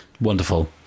wonderful